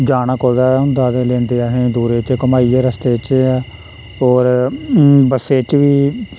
जाना कुतै होंदा ते लेंदे असें दूरै चा घमाइयै रस्ते च होर बस्सै च बी